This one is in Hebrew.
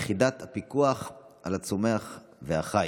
יחידת הפיקוח על הצומח והחי.